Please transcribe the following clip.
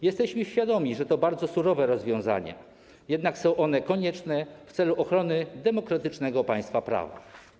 Jesteśmy świadomi, że to bardzo surowe rozwiązania, jednak są one konieczne w celu ochrony demokratycznego państwa prawa.